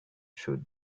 through